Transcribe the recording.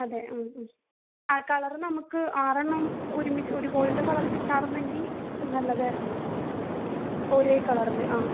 അതെ ആ കളറ് നമുക്ക് ആറെണ്ണം ഒരുമിച്ച് ഒരുപോലത്തെ കളറ് കിട്ടാരുന്നെങ്കിൽ നല്ലതായിരുന്നു ഒരേ കളറിൽ ആ